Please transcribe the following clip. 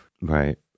Right